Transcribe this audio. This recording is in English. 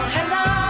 Hello